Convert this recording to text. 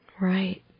Right